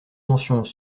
mentions